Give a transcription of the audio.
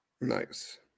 Nice